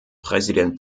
präsident